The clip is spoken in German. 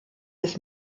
des